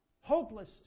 hopeless